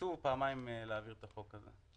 ניסו פעמיים להעביר את החוק הזה.